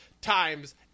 times